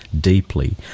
deeply